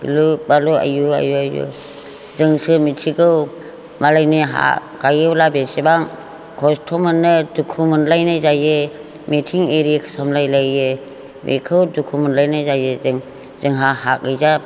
गिलु बालु आयु आयु आयु जोंसो मिथिगौ मालायनि हा गायोब्ला बेसेबां खस्थ' मोनो दुखु मोनलायनाय जायो मिथिं एरि सोमलायलायो बेखौ दुखु मोनलायनाय जायो जों जोंहा हा गैजाया